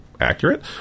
accurate